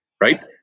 right